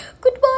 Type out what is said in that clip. goodbye